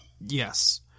Yes